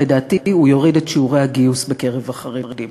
לדעתי הוא יוריד את שיעורי הגיוס בקרב החרדים.